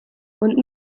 und